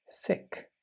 sick